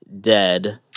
dead